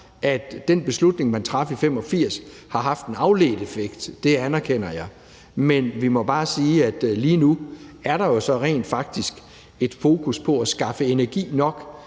at den beslutning, man traf i 1985, har haft en afledt effekt – det anerkender jeg. Men vi må bare sige, at lige nu er der jo så rent faktisk et fokus på at skaffe energi nok,